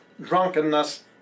drunkenness